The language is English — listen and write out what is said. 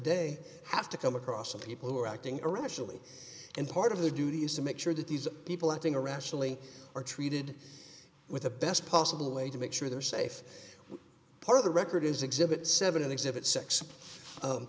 day have to come across some people who are acting irrationally and part of their duty is to make sure that these people acting irrationally are treated with the best possible way to make sure they're safe part of the record is exhibit seven and exhibit six